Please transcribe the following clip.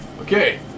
Okay